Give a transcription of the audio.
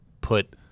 put